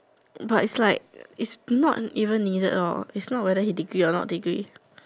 but is like is not even needed lor is not whether he degree a not degree